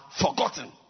forgotten